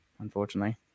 unfortunately